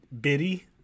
Biddy